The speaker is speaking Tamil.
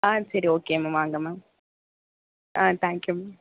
ஆ சரி ஓகே மேம் வாங்க மேம் ஆ தேங்க்யூ மேம்